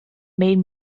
made